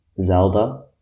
Zelda